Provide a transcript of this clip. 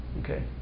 okay